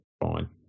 fine